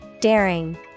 Daring